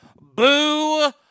Boo